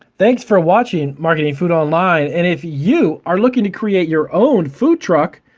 thanks for watching marketing food online, and if you are looking to create your own food truck,